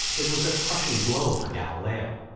it was a crushing blow for galileo.